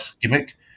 gimmick